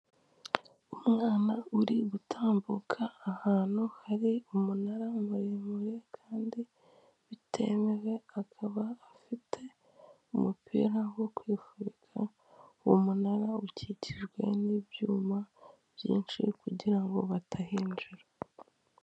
Umwana uri gutambuka ahantu hari umunara muremure kandi bitemewe, akaba afite umupira wo kwifubirika, umunara ukikijwe n'ibyuma byinshi kugira ngo batahinjira.